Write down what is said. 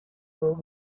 log